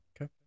Okay